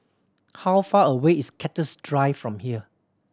how far away is Cactus Drive from here